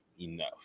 enough